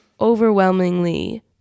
overwhelmingly